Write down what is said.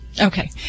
Okay